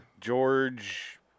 George